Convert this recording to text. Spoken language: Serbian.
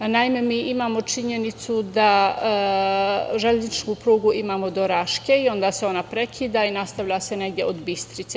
Naime, imamo činjenicu da železničku prugu imamo do Raške i onda se ona prekida i nastavlja se negde od Bistrice.